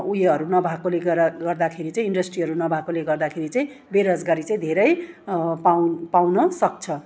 उयोहरू नभएकोले गर गर्दाखेरि चाहिँ इन्डस्ट्रीहरू नभएकोले गर्दाखेरि चाहिँ बेरोजगारी चाहिँ धेरै पाउन् पाउन सक्छ